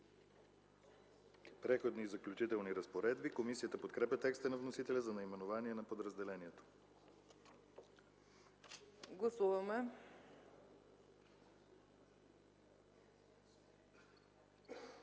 „Преходни и заключителни разпоредби”. Комисията подкрепя текста на вносителя за наименованието на раздела.